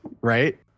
right